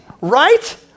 right